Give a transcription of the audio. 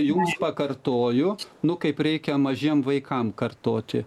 jūs pakartojot nu kaip reikia mažiem vaikam kartoti